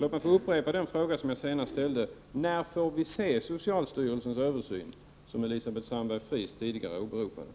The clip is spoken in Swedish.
Låt mig upprepa den fråga jag ställde tidigare: När får vi se socialstyrelsens översyn, som Yvonne Sandberg-Fries åberopade?